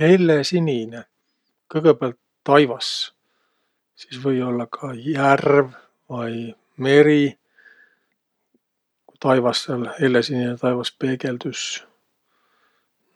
Hellesinine? Kõgõpäält taivas, sis või-ollaq ka järv vai meri, taivas sääl, hellesinine taivas, peegeldüs.